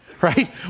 Right